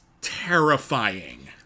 terrifying